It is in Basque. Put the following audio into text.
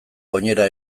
oinera